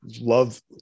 Love